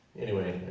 anyway,